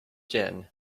gin